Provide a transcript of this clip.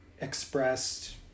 expressed